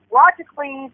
logically